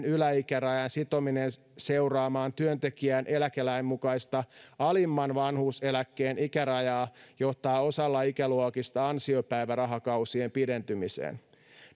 yläikärajan sitominen seuraamaan työntekijän eläkelain mukaista alimman vanhuuseläkkeen ikärajaa johtaa osalla ikäluokista ansiopäivärahakausien pidentymiseen